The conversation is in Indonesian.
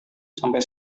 sampai